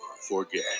forget